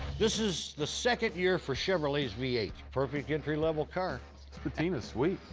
this is the second year for chevrolet's v eight. perfect entry-level car. this patina's sweet.